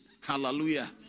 Hallelujah